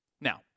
Now